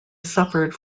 suffered